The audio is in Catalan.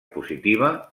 positiva